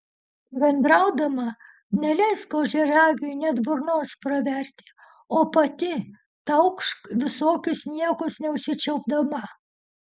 bendraudama neleisk ožiaragiui net burnos praverti o pati taukšk visokius niekus neužsičiaupdama